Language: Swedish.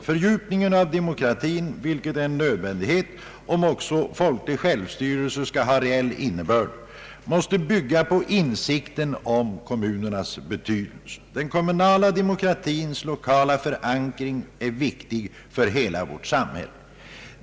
Fördjupningen av demokratin, vilken är en nödvändighet om den folkliga självstyrelsen skall ha reell innebörd, måste bygga på insikten om kommunernas betydelse. Den kommunala demokratins l1okala förankring är viktig för hela vårt samhälle.